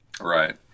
right